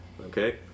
Okay